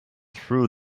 through